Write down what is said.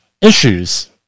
issues